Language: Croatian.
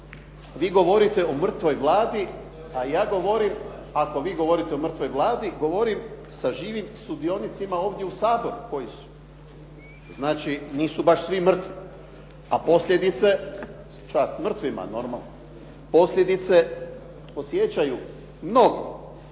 Vi govorite o mrtvoj Vladi, a ja govorim, ako vi govorite o mrtvoj Vladi, govorim sa živim sudionicima ovdje u Saboru koji su. Znači nisu baš svi mrtvi. A posljedice, čast mrtvima normalno, posljedice osjećaju mnogi.